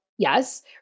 Yes